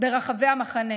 ברחבי המחנה.